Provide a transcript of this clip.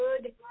good